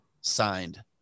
signed